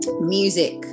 music